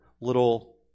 little